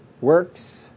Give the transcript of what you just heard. works